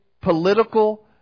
political